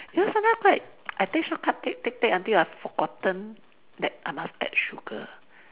you know sometime quite I take shortcut take take take until I forgotten that I must add sugar